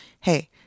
Hey